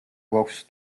გვაქვს